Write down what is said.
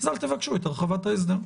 אז אל תבקשו את הרחבת ההסדר.